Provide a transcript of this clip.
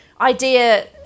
idea